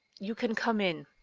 you can come in.